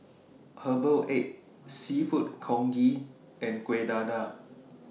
Herbal Egg Seafood Congee and Kueh Dadar